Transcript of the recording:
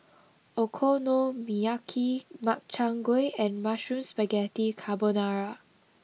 Okonomiyaki Makchang Gui and Mushroom Spaghetti Carbonara